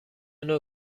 نوع